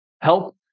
help